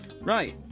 Right